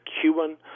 Cuban